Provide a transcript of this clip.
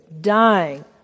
dying